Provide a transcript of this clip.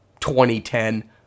2010